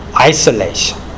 isolation